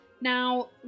now